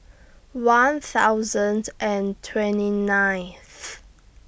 one thousand and twenty ninth